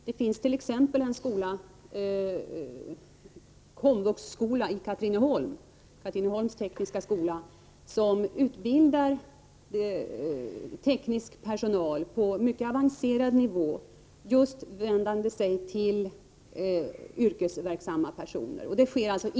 Det finns t.ex. en komvux-skola, Katrineholms tekniska skola, där teknisk personal utbildas på mycket avancerad nivå och som just vänder sig till yrkesverksamma personer.